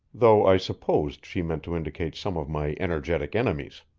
though i supposed she meant to indicate some of my energetic enemies.